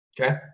Okay